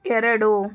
ಎರಡು